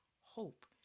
hope